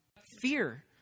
Fear